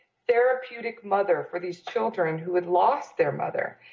therapeutic mother for these children who had lost their mother.